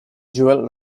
jewel